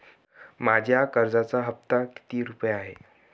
माझ्या कर्जाचा हफ्ता किती रुपये आहे?